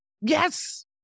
yes